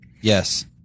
Yes